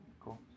cool